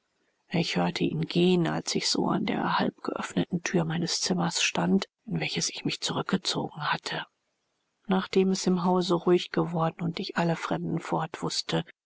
ich hörte ihn gehen als ich so an der halbgeöffneten thür meines zimmers stand in welches ich mich zurückgezogen hatte nachdem es im hause ruhig geworden und ich alle fremden fort